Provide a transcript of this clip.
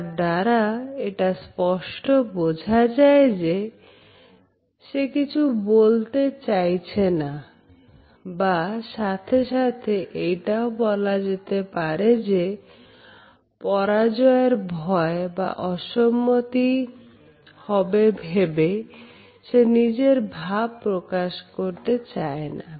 তার দ্বারা এটা স্পষ্ট বোঝা যায় যে সে কিছু বলতে চাইছে না এবং সাথে সাথে এইটা বলা যেতে পারে যে পরাজয়ের ভয় বা অসম্মতি হবে ভেবে সে নিজের ভাব প্রকাশ করতে চায় না